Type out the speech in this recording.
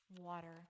water